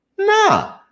Nah